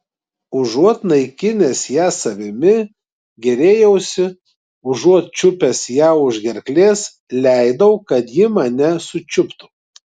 užuot naikinęs ją savimi gėrėjausi užuot čiupęs ją už gerklės leidau kad ji mane sučiuptų